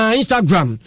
instagram